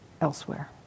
elsewhere